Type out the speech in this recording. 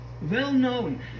well-known